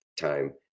time